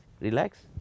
relax